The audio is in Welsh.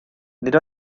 nid